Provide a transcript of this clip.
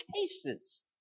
cases